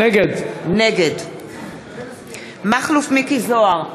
נגד מכלוף מיקי זוהר,